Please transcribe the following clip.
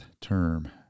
term